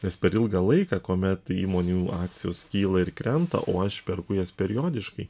nes per ilgą laiką kuomet įmonių akcijos kyla ir krenta o aš perku jas periodiškai